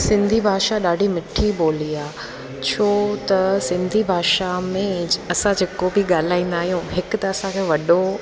सिंधी भाषा ॾाढी मिठी ॿोली आहे छो त सिंधी भाषा में असां जेको बि ॻाल्हाईंदा आहियूं हिकु त असांखे वॾो